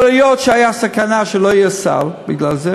אבל היות שהייתה סכנה שלא יהיה סל בגלל זה,